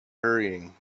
hurrying